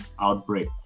outbreak